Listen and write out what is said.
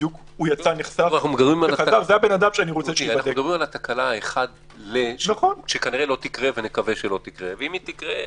אנחנו מדברים על התקלה 1 ל- שאנחנו מקווים שלא תקרה,